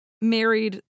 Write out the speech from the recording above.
married